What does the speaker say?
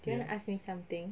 do you wanna ask me something